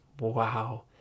wow